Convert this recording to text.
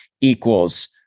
equals